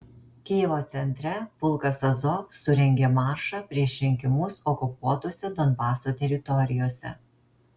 kijevo centre pulkas azov surengė maršą prieš rinkimus okupuotose donbaso teritorijose